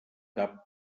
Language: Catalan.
cap